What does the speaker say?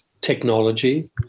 technology